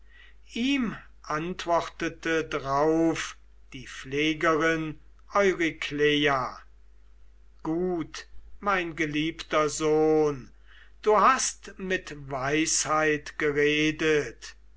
ihm antwortete drauf die pflegerin eurykleia gut mein geliebter sohn du hast mit weisheit geredet